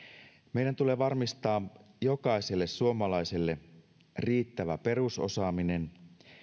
meidän tulee varmistaa jokaiselle suomalaiselle riittävä perusosaaminen